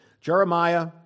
Jeremiah